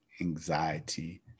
anxiety